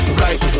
right